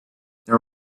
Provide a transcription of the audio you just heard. there